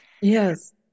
yes